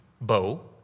bow